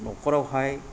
न'खरावहाय